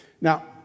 Now